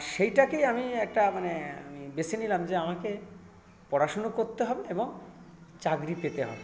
সেটাকেই আমি একটা মানে আমি বেছে নিলাম যে আমাকে পড়াশোনা করতে হবে এবং চাকরি পেতে হবে